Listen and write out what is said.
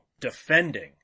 defending